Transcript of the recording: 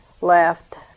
left